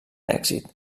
èxit